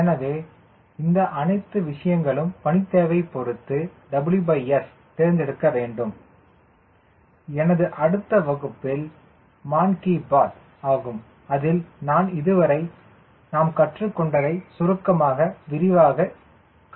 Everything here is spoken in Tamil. எனவே இந்த அனைத்து விஷயங்களும் பணி தேவை பொருத்து W S தேர்ந்தெடுக்க வேண்டும் எனது அடுத்த வகுப்பு மான் கி பாத் ஆகும் அதில் நான் இதுவரை நாம் கற்றுக்கொண்டதை சுருக்கமாக விரிவாக காண்போம்